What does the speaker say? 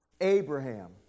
Abraham